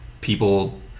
people